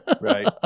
Right